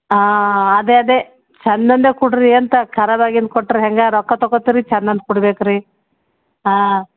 ಆಂ ಅದೆ ಅದೆ ಛಂದೊಂದೆ ಕೊಡ್ರೀ ಅಂತ ಖರಾಬು ಆಗಿದ್ದು ಕೊಟ್ರೆ ಹೆಂಗ ರೊಕ್ಕ ತೊಗೊಳ್ತೀರಿ ಛಂದೊಂದು ಕೊಡಬೇಕ್ರಿ ಹಾಂ